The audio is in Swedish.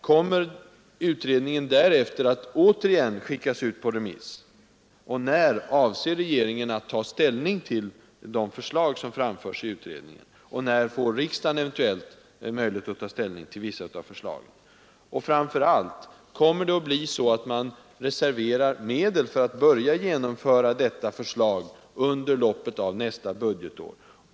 Kommer utredningen därefter att återigen skickas ut på remiss, och när avser regeringen att ta ställning till de förslag som framförts i utredningen? Och när får riksdagen eventuellt möjlighet att ta ställning till vissa av förslagen? Och framför allt: Kommer man att reservera medel för att kunna börja genomföra dessa förslag under loppet av nästa budgetår?